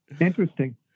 interesting